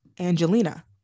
Angelina